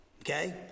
okay